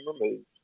removed